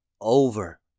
over